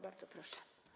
Bardzo proszę.